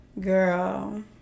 Girl